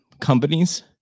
companies